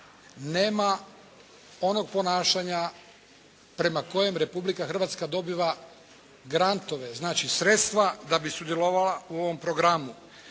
nema onog ponašanja prema kojem Republika Hrvatska dobiva grantove, znači sredstva da bi sudjelovala u ovom programu.